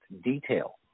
detail